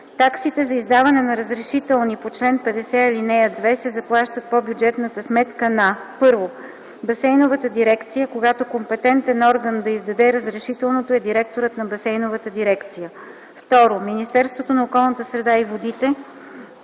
Таксите за издаване на разрешителни по чл. 50, ал. 2 се заплащат по бюджетната сметка на: 1. басейновата дирекция – когато компетентен да издаде разрешителното е директорът на басейновата дирекция; 2. Министерството на околната среда и водите